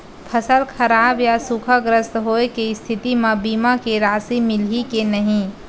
फसल खराब या सूखाग्रस्त होय के स्थिति म बीमा के राशि मिलही के नही?